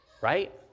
right